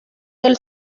del